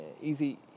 Easy